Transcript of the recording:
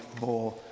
more